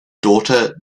daughter